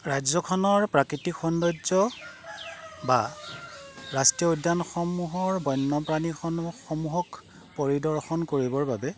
ৰাজ্যখনৰ প্ৰাকৃতিক সৌন্দৰ্য বা ৰাষ্ট্ৰীয় উদ্যানসমূহৰ বন্য প্ৰাণীসমূহসমূহক পৰিদৰ্শন কৰিবৰ বাবে